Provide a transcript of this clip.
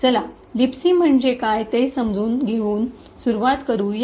चला लिबसी म्हणजे काय ते समजून घेऊन सुरूवात करू या